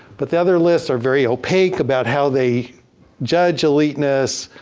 but the other lists are very opaque about how they judge eliteness.